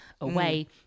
away